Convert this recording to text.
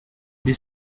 the